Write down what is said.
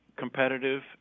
competitive